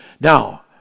Now